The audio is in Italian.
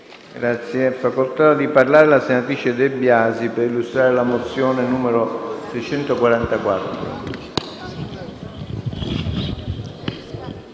Ha facoltà di parlare la senatrice De Biasi per illustrare la mozione n. 644.